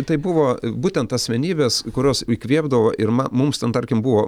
tai buvo būtent asmenybės kurios įkvėpdavo ir ma mums ten tarkim buvo